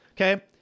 okay